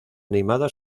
animada